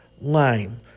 lime